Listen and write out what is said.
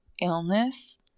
illness